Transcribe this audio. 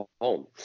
home